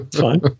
fine